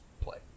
play